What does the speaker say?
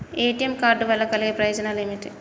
ATM card వల్ల కలిగే ప్రయోజనాలు ఏమిటి?